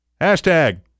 hashtag